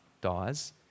dies